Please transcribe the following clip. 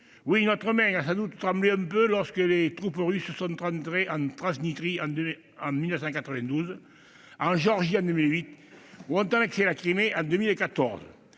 Oui, notre main a sans doute tremblé un peu lorsque les troupes russes sont entrées en Transnistrie en 1992, en Géorgie en 2008 ou ont annexé la Crimée en 2014.